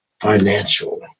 financial